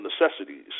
necessities